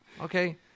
Okay